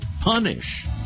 punish